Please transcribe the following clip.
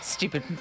Stupid